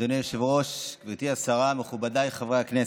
אדוני היושב-ראש, גברתי השרה, מכובדיי חברי הכנסת,